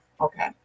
Okay